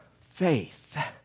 faith